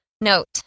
Note